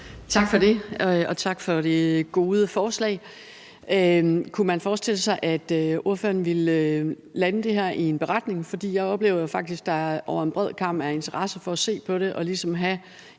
Tak for det, og tak for det gode forslag. Kunne man forestille sig, at ordføreren ville lande det her i en beretning? For jeg oplever jo faktisk, at der over en bred kam er interesse for at se på det og ligesom have